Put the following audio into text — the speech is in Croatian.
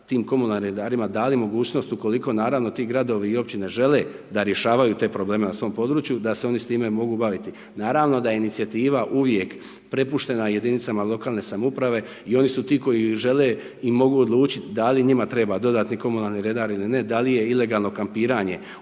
dali mogućnost ukoliko, naravno, ti općine i gradove žele da rješavaju te probleme na svom području da se oni s time mogu baviti. Naravno da je inicijativa uvijek prepuštena jedinicama lokalne samouprave i oni su ti koji žele i mogu odlučiti da li njima treba dodatni komunalni redar ili ne, da li je ilegalno kampiranje